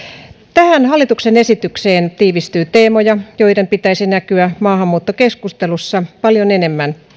tähän hallituksen esitykseen tiivistyy teemoja joiden pitäisi näkyä maahanmuuttokeskustelussa paljon enemmän